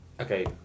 Okay